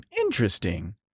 Interesting